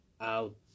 out